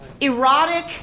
erotic